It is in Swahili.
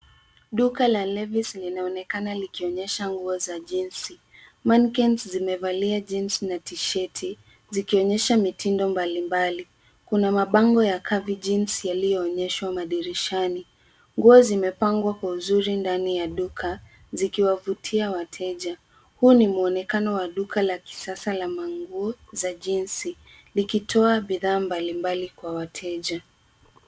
Duka la Levi's linaonenaka likionyesha nguo za jeans . Mannequins zimevalia jeans na T-shirts zikionyesha mitindo mbalimbali. Kuna mabango ya Calvin Jeans yaliyoonyeswa madirishani. Nguo zimepangwa kwa uzuri ndani ya duka, zikiwavutia wateja. Huu ni mwonekano wa duka la kisasa la nguo, za jeans likitoa bidhaa mbalimbali kwa wateja.